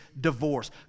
divorce